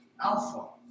alpha